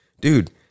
Dude